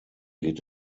geht